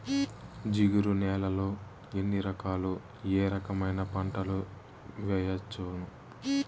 జిగురు నేలలు ఎన్ని రకాలు ఏ రకమైన పంటలు వేయవచ్చును?